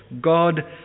God